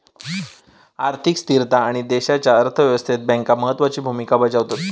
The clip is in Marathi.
आर्थिक स्थिरता आणि देशाच्या अर्थ व्यवस्थेत बँका महत्त्वाची भूमिका बजावतत